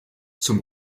zum